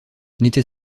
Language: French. n’était